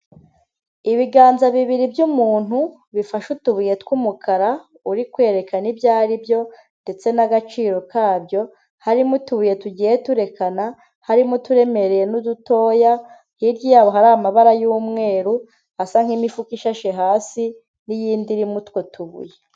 Ibiganza bibiri by'umuntu bifashe utubuye tw'umukara uri kwerekana ibyo ari byo ndetse n'agaciro kabyo, harimo utubuye tugiye turekana, harimo uturemereye n'udutoya, hirya yabo hari amabara y'umweru asa nk'imifuka ishashe hasi n'iyindi irimo utwo tubuye.